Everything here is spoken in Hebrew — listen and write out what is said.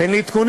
תן לי עדכונים.